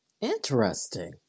Interesting